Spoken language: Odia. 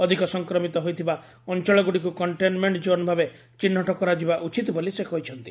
ଅଧିକ ସଂକ୍ରମିତ ହୋଇଥିବା ଅଞ୍ଚଳଗୁଡ଼ିକୁ କଷ୍ଟେନ୍ମେଣ୍ଟ କୋନ୍ ଭାବେ ଚିହ୍ରଟ କରାଯିବା ଉଚିତ ବୋଲି ସେ କହିଛନ୍ତି